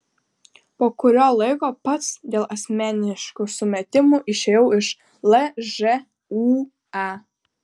po kurio laiko pats dėl asmeniškų sumetimų išėjau iš lžūa